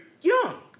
young